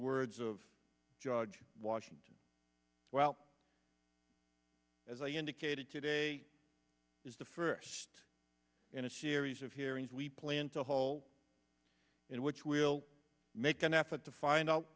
words of george washington as well as i indicated today is the first in a series of hearings we plan to hold in which we'll make an effort to find out